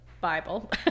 Bible